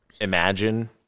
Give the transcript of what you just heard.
imagine